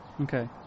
Okay